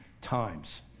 times